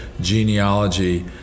genealogy